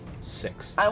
six